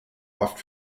oft